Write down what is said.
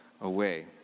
away